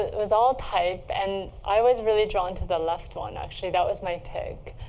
it was all typed. and i was really drawn to the left one, actually. that was my pick.